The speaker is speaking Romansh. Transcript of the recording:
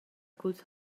culs